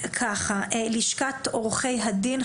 לשכת עורכי הדין,